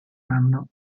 anno